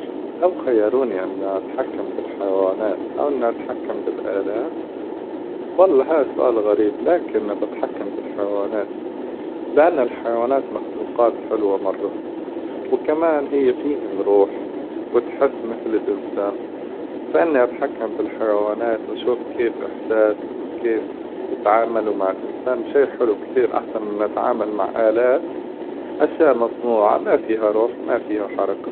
لو خيروني إني أتحكم بالحيوانات أو إن أتحكم بالآلات؟ والله هذا سؤال غريب! لكن بتحكم بالحيوانات، لأن الحيوانات مخلوقات حلوة مرة، وكمان هي فيهم روح وتحس مثل الإنسان، فإني أتحكم بالحيوانات وأشوف كيف إحساسهم؟ وكيف يتعاملوا مع الإنسان؟ شيء حلو كثير أحسن من إني أتعامل مع آلات أشياء مصنوعة ما فيها روح وما فيها حركة.